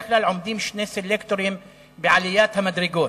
בדרך כלל עומדים שני סלקטורים בעליית המדרגות.